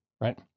right